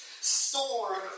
storm